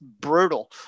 brutal